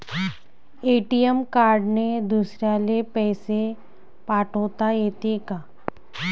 ATM कार्डने दुसऱ्याले पैसे पाठोता येते का?